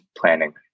planning